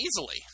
easily